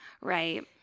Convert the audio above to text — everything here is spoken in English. right